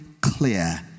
clear